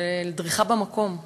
של דריכה במקום.